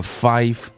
five